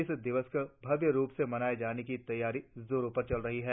इस दिवस को भव्य रुप में मनाये जाने की तैयारियां जोरों से चल रही हैं